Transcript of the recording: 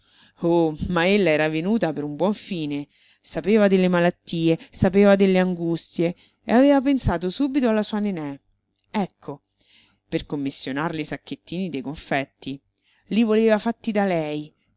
oh ma ella era venuta per un buon fine sapeva delle malattie sapeva delle angustie e aveva pensato subito alla sua nené ecco per commissionarle i sacchettini dei confetti i voleva fatti da lei